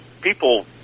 people